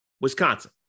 Wisconsin